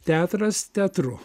teatras teatru